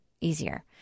easier